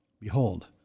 Behold